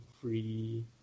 free